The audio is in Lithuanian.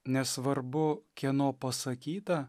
nesvarbu kieno pasakyta